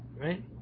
right